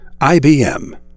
IBM